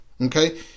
okay